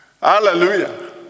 Hallelujah